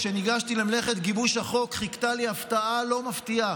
כשניגשתי למלאכת גיבוש החוק חיכתה לי הפתעה לא מפתיעה.